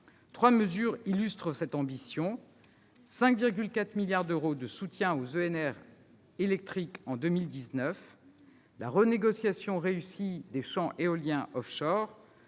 Trois mesures illustrent cette ambition : 5,4 milliards d'euros de soutien seront consacrés aux ENR électriques en 2019 ; la renégociation réussie des champs d'éolien offshore